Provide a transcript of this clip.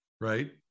Right